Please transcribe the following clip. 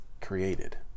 created